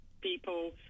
people